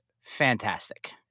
fantastic